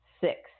Six